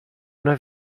una